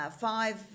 five